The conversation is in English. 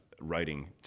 writing